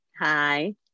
Hi